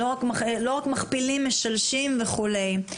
לא רק מכפילים אלא משלשים וכולי.